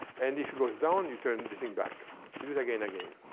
and if it goes down, you turn the thing back. you do it again, again.